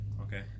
Okay